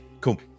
cool